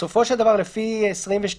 בסופו של דבר, לפי 22ג,